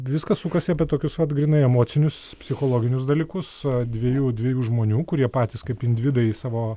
viskas sukasi apie tokius vat grynai emocinius psichologinius dalykus dviejų dviejų žmonių kurie patys kaip individai savo